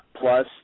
plus